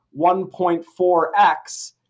1.4x